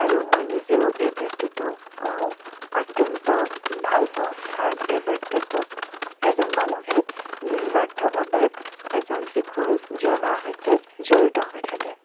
আৰু মই নিজেও এই বৃত্তিটোক অত্যন্ত ভাল পাওঁ কাৰণ এই বৃত্তিটোত এজন মানুহে নিঃস্বাৰ্থভাৱে এজন শিশুৰ জীৱনৰ সৈতে জড়িত হৈ থাকে